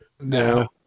No